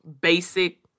basic